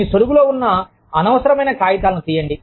మీ సొరుగు లో ఉన్నాఅనవసరమైన కాగితాలను తీయండి